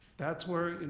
that's where,